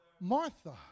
Martha